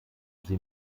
sie